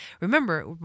Remember